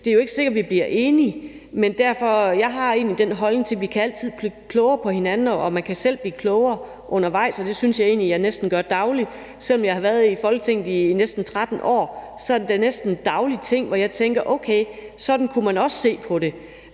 Det er jo ikke sikkert, vi bliver enige. Men jeg har egentlig den holdning, at vi altid kan blive klogere på hinanden, og man kan selv blive klogere undervejs, og det synes jeg egentlig jeg næsten gør dagligt. Selv om jeg har været i Folketinget i næsten 13 år, er det da næsten en daglig ting, at jeg tænker: Okay, sådan kunne man også se på det.